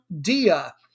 Dia